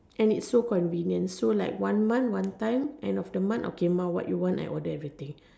and it's so convenient so like one month one time end of the month okay mum what you want I order everything